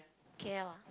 K_L ah